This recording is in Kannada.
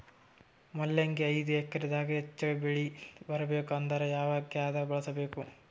ಮೊಲಂಗಿ ಐದು ಎಕರೆ ದಾಗ ಹೆಚ್ಚ ಬೆಳಿ ಬರಬೇಕು ಅಂದರ ಯಾವ ಖಾದ್ಯ ಬಳಸಬೇಕು?